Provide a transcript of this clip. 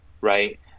right